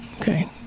Okay